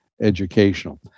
educational